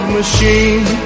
machine